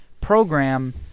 program